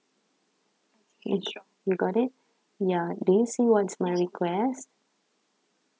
you you got it do you see what's my request